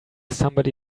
somebody